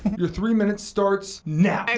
your three minutes starts now!